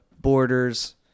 borders